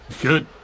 good